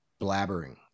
blabbering